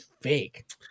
fake